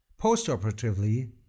Postoperatively